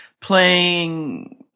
Playing